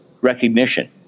recognition